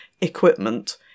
equipment